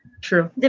True